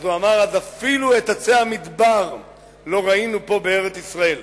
הוא אמר: אז אפילו את עצי המדבר לא ראינו פה בארץ-ישראל.